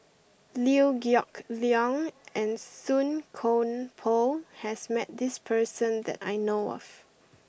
Liew Geok Leong and Song Koon Poh has met this person that I know of